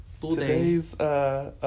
Today's